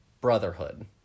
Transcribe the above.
brotherhood